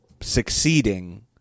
succeeding